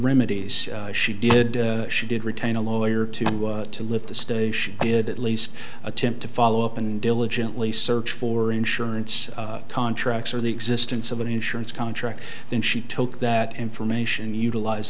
remedies she did she did retain a lawyer to lift the station did at least attempt to follow up and diligently search for insurance contracts or the existence of an insurance contract then she took that information and utilize